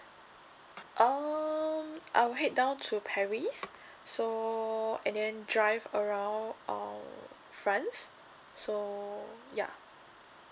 um I'll head down to paris so and then drive around uh france so ya